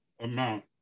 amount